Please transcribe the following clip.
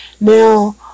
Now